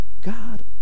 God